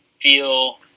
feel